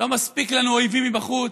לא מספיק לנו אויבים מבחוץ?